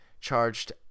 charged